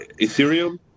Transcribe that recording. Ethereum